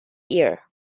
year